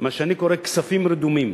מה שאני קורא "כספים רדומים".